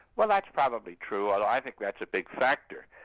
well that's probably true, although i think that's a big factor.